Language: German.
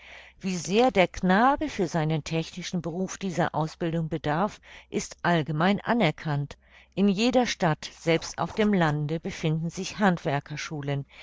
wie sehr der knabe für seinen technischen beruf dieser ausbildung bedarf ist allgemein anerkannt in jeder stadt selbst auf dem lande befinden sich